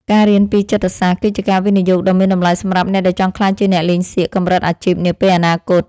ការរៀនពីចិត្តសាស្ត្រគឺជាការវិនិយោគដ៏មានតម្លៃសម្រាប់អ្នកដែលចង់ក្លាយជាអ្នកលេងសៀកកម្រិតអាជីពនាពេលអនាគត។